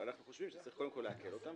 אנחנו חושבים שצריכים קודם לעקל אותם,